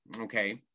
Okay